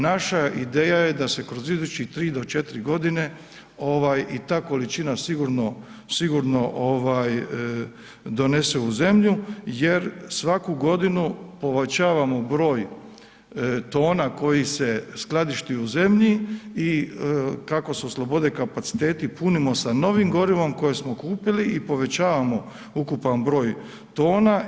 Naša ideja je da se kroz idućih 3 do 4 godine i ta količina sigurno donese u zemlju jer svaku godinu povećavamo broj tona koji se skladišti u zemlji i kako se oslobode kapaciteti punimo sa novim gorivom koje smo kupili i povećavamo ukupan broj tona.